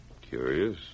Curious